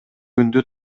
күндү